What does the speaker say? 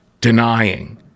denying